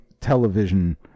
television